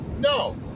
No